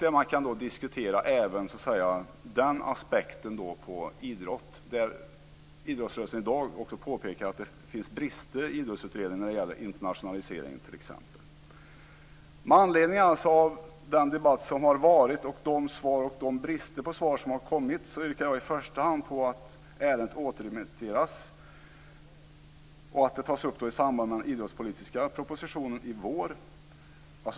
Då kan man också diskutera den aspeket som idrottsrörelsen i dag påpekar, att det finns brister i Idrottsutredningen när det t.ex. gäller internationaliseringen. Med anledning av den debatt som har förts yrkar jag i första hand att ärendet återremitteras till utskottet och att det tas upp i samband med den idrottspolitiska propositionen i vår.